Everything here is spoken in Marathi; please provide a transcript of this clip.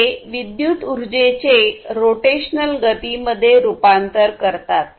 ते विद्युत उर्जेचे रोटेशनल गतीमध्ये रूपांतर करतात